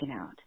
out